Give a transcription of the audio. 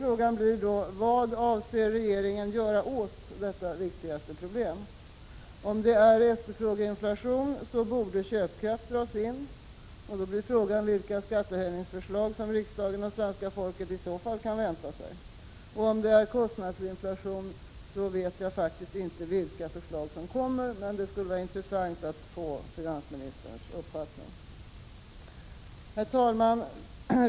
För det tredje: Vad avser regeringen att göra åt det viktigaste problemet? Om det är efterfrågeinflation borde köpkraft dras in. Vilka skattehöjningsförslag kan riksdagen och svenska folket i så fall vänta sig? Om det är kostnadsinflation — vilka förslag kommer då? Det skulle vara intressant att höra finansministerns uppfattning. Herr talman!